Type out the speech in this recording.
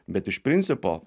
bet iš principo